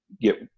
get